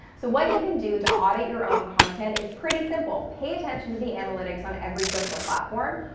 so what you can do to audit your own content is pretty simple. pay attention to the analytics on every social platform.